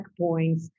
checkpoints